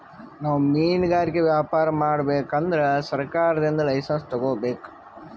ನಾವ್ ಮಿನ್ಗಾರಿಕೆ ವ್ಯಾಪಾರ್ ಮಾಡ್ಬೇಕ್ ಅಂದ್ರ ಸರ್ಕಾರದಿಂದ್ ಲೈಸನ್ಸ್ ತಗೋಬೇಕ್